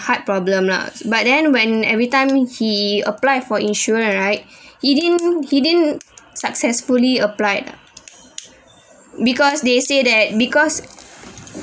heart problem lah but then when everytime he apply for insurance right he didn't he didn't successfully applied lah because they say that because